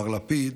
מר לפיד